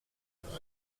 tout